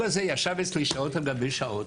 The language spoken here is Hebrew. אצלי שעות על גבי שעות